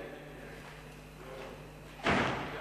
ההצעה